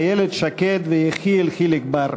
איילת שקד ויחיאל חיליק בר.